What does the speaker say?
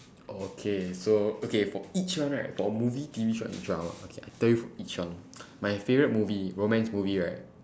okay so okay for each one right for movie T_V show and drama okay I tell you for each one my favorite movie romance movie right